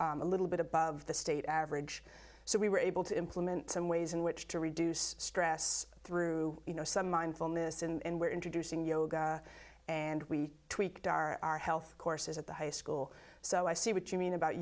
a little bit above the state average so we were able to implement some ways in which to reduce stress through you know some mindfulness and we're introducing yoga and we tweaked our health courses at the high school so i see what you mean about